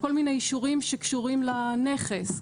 כל מיני אישורים שקשורים לנכס,